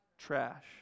trash